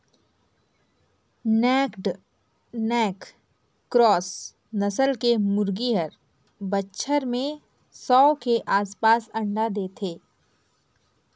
naked neck cross नसल के मुरगी हर बच्छर में सौ के आसपास अंडा देथे